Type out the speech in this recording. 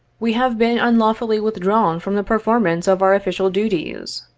we have been unlawfully withdrawn from the performance of our official duties,